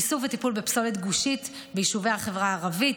איסוף וטיפול בפסולת גושית ביישובי החברה הערבית,